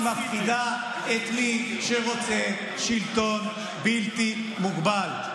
היא מפחידה את מי שרוצה שלטון בלתי מוגבל.